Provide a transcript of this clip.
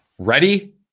Ready